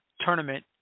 tournament